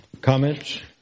Comments